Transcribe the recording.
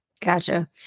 Gotcha